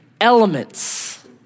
elements